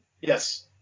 Yes